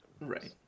Right